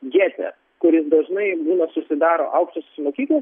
gete kuris dažnai būna susidaro aukštosios mokyklos